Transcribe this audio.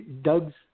Doug's